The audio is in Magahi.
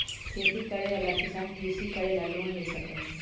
खेती करे वाला किसान कृषि करे ला लोन ले सका हई